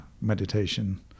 meditation